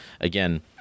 again